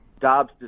Dobbs